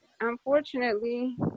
unfortunately